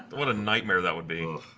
what a nightmare that would be